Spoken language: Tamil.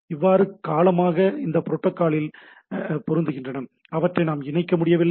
இவ்வளவு காலமாக அவை புரோட்டோக்காலில் பொருந்துகின்றன அவற்றை நாம் இணைக்க முடியவில்லை